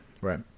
right